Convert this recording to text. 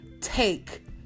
take